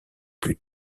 plus